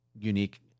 unique